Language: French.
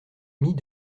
mis